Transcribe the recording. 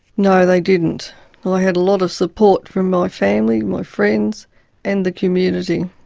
no, they didn't. i had a lot of support from my family, my friends and the community.